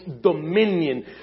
dominion